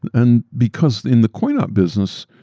and because in the coin-op business,